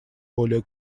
более